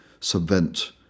subvent